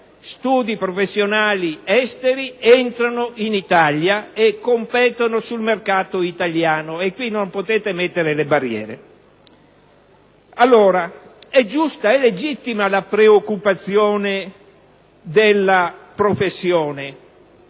studi professionali esteri entrano in Italia e competono sul mercato italiano. E qui non potete mettere le barriere! È giusta e legittima la preoccupazione della professione: